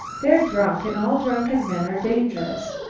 they're drunk, and all drunken men are dangerous.